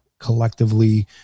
Collectively